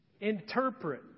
interpret